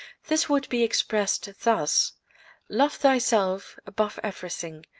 this would be expressed thus love thyself above everything,